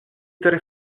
tre